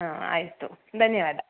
ಹಾಂ ಆಯಿತು ಧನ್ಯವಾದ